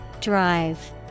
Drive